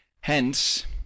Hence